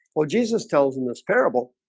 well, jesus tells him this parable